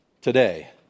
today